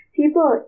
people